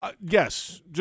Yes